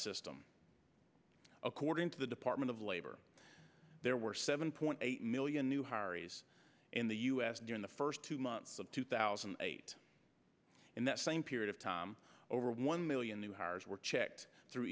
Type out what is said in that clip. system according to the department of labor there were seven point eight million new hari's in the us during the first two months of two thousand and eight in that same period of time over one million new hires were checked through